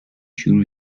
شروع